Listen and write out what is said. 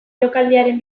jokaldiaren